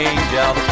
Angel